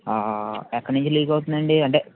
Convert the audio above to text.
ఎక్కడ నుంచి లీక్ అవుతుందండి అంటే